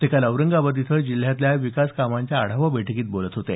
ते काल औरंगाबाद इथं जिल्ह्यातल्या विकास कामांच्या आढावा बैठकीत बोलत होते